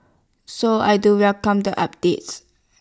so I do welcome the updates